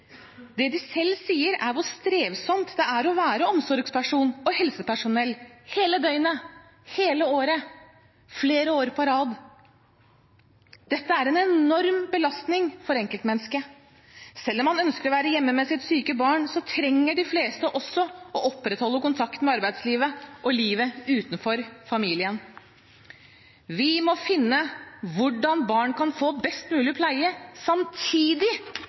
Det de selv sier, er hvor strevsomt det er å være omsorgsperson og helsepersonell hele døgnet, hele året, flere år på rad. Dette er en enorm belastning for enkeltmennesket. Selv om man ønsker å være hjemme med sitt syke barn, trenger de fleste også å opprettholde kontakten med arbeidslivet og livet utenfor familien. Vi må finne ut hvordan barn kan få best mulig pleie, samtidig